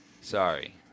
Sorry